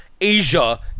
asia